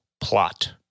plot